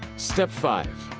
step five.